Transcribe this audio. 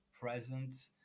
present